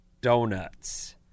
donuts